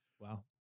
Wow